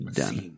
done